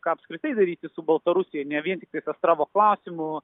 ką apskritai daryti su baltarusija ne vien tik tai astravo klausimu